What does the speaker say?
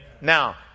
Now